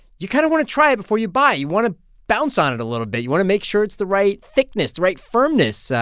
you kind of want to try it before you buy. you want to bounce on it a little bit. you want to make sure it's the right thickness, the right firmness.